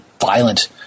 violent